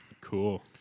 Cool